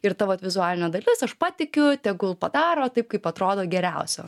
ir ta vat vizualinė dalis aš patikiu tegul padaro taip kaip atrodo geriausio